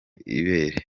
ibere